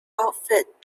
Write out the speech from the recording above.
outfit